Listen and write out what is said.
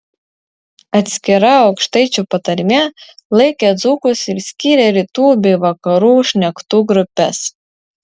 atskira aukštaičių patarme laikė dzūkus ir skyrė rytų bei vakarų šnektų grupes